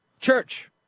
Church